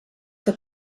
que